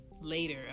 later